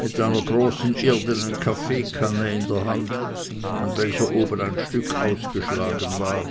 mit einer großen irdenen kaffeekanne in der hand an welcher oben ein stück ausgeschlagen war